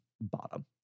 bottom